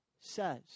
says